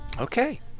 Okay